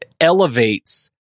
elevates